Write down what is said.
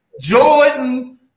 Jordan